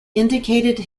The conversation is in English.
indicated